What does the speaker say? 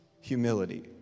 Humility